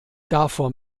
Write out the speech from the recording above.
davor